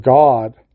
God